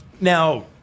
Now